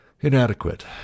inadequate